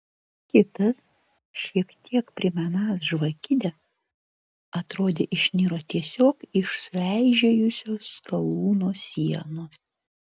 kitas šiek tiek primenąs žvakidę atrodė išniro tiesiog iš sueižėjusios skalūno sienos